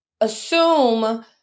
assume